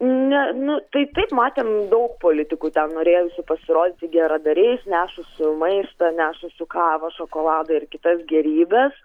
ne nu tai taip matėm daug politikų ten norėjusių pasirodyti geradariais nešusių maistą nešusių kavą šokoladą ir kitas gėrybes